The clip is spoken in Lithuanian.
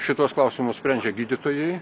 šituos klausimus sprendžia gydytojai